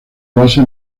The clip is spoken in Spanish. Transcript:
basa